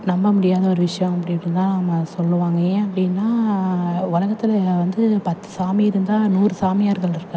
நம்ப முடியாத ஒரு விஷயம் அப்படி இப்படி தான் நம்ம சொல்வாங்க ஏன் அப்படின்னா உலகத்துல வந்து பத்து சாமி இருந்தால் நூறு சாமியார்கள் இருக்காங்க